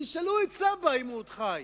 תשאלו את סבא אם הוא עוד חי.